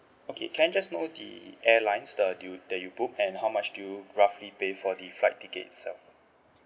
okay can I just know the airlines the you that you booked and how much do you roughly pay for the flight tickets itself